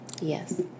Yes